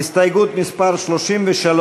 הסתייגות מס' 33,